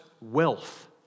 wealth